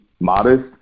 modest